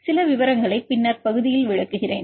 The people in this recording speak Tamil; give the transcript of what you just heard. சில விவரங்களை பின்னர் பகுதியில் விளக்குகிறேன்